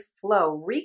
flow